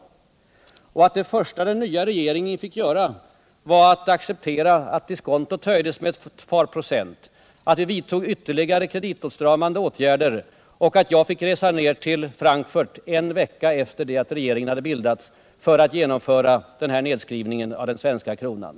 Har han glömt bort att det första den nya regeringen fick göra var att acceptera att diskontot höjdes med ett par procent, att vi fick vidta ytterligare kreditåtstramande åtgärder och att jag fick resa ner till Frankfurt en vecka efter det att regeringen hade bildats för att genomföra en nedskrivning av den svenska kronan?